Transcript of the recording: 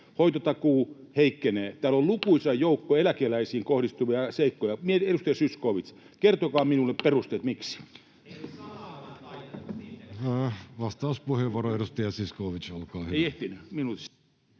Hoitotakuu heikkenee. Täällä on lukuisa joukko eläkeläisiin kohdistuvia seikkoja. Edustaja Zyskowicz, kertokaa minulle perusteet, miksi. Vastauspuheenvuoro, edustaja Zyskowicz, olkaa hyvä. Kiitos,